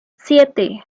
siete